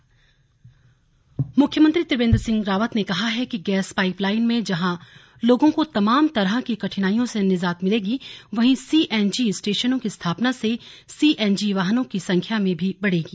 slug gas pipeline मुख्यमंत्री त्रिवेंद्र सिंह रावत ने कहा है कि गैसपाइप लाइन से जहां लोगों को तमाम तरह की कठिनाइयों से निजात मिलेगी वहीं सीएनजी स्टेशनों की स्थापना से सीएनजी वाहनों की संख्या भी बढ़ेगी